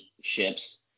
ships